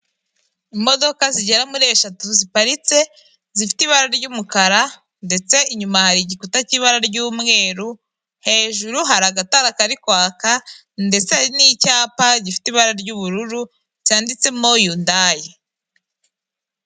Imodoka zigera muri eshatu ziparitse zifite ibara ry'umukara, ndetse inyuma hari igikuta cy'ibara ry'umweru, hejuru hari agatara kari kwaka ndetse n'icyapa gifite ibara ry'ubururu cyanditsemo yundayi.